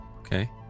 okay